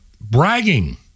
bragging